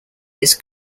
his